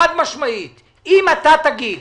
שאם אתה תגיד